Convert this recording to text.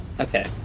Okay